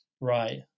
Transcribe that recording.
right